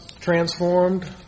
transformed